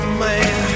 man